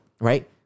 Right